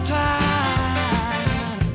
time